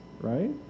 right